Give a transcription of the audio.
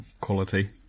quality